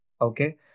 Okay